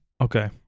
Okay